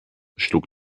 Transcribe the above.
schlug